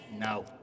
no